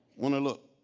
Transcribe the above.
want to look